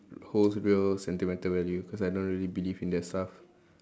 holds real sentimental value cause I don't really believe in that stuff